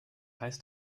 heißt